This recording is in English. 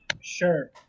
Sure